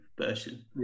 version